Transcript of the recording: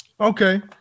Okay